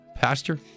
Pastor